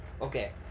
Okay